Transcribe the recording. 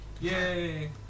Yay